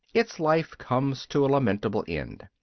its life comes to a lamentable end.